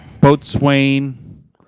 Boatswain